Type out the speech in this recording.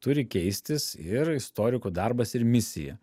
turi keistis ir istorikų darbas ir misija